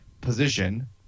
position